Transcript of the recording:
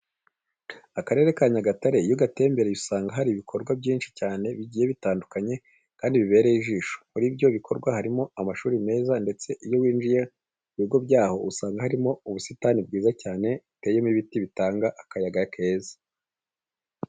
Akarere ka Nyagatare iyo ugatembereyemo usanga hari ibikorwa byinshi cyane bigiye bitandukanye kandi bibereye ijisho. Muri ibyo bikorwa harimo amashuri meza ndetse iyo winjiye mu bigo byaho usanga harimo ubusitani bwiza cyane buteyemo ibiti bitanga akayaga keza.